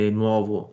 nuovo